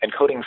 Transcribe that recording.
encoding